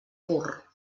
pur